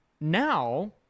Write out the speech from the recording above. Now